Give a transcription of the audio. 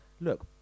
look